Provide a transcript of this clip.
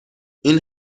این